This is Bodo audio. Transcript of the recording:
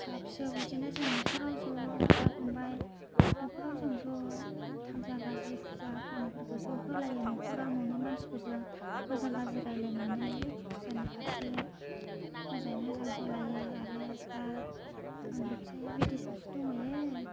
फिसा फिसौ बिदिनो जों न'खराव ज बिदा फंबाय नख'राव जों ज' मोजां गाज्रि फुजा फानिफोरखौ ज' होलायो नख'राव न'नि मानसिफोरजों मोजां गाज्रि रायलायनानै फुजानि फारसे मोजाङै मोजां होलायो आरो दा आंना फिसाइया बिदेसआवसो दंहैयो